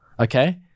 okay